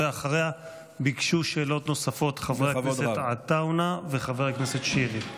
ואחריה ביקשו שאלות נוספות חברי הכנסת עטאונה וחבר הכנסת שירי.